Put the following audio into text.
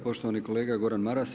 Poštovani kolega Gordan Maras.